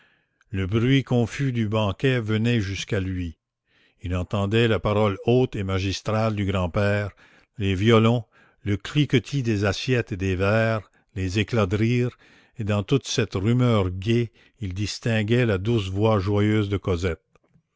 le bruit confus du banquet venait jusqu'à lui il entendait la parole haute et magistrale du grand-père les violons le cliquetis des assiettes et des verres les éclats de rire et dans toute cette rumeur gaie il distinguait la douce voix joyeuse de cosette